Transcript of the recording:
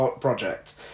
project